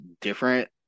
different